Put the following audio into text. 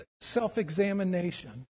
self-examination